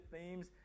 themes